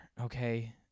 okay